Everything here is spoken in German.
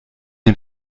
den